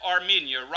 Armenia